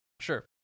Sure